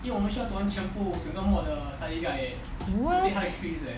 what